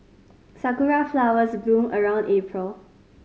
sakura flowers bloom around April